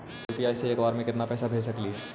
UPI से एक बार मे केतना पैसा भेज सकली हे?